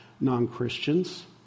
non-Christians